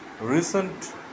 recent